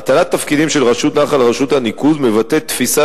הטלת תפקידים של רשות נחל על רשות הניקוז מבטאת תפיסה